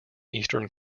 eastern